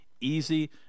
Easy